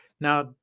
Now